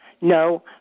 No